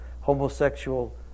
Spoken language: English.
homosexual